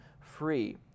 free